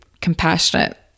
compassionate